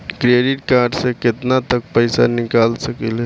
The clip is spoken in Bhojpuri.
क्रेडिट कार्ड से केतना तक पइसा निकाल सकिले?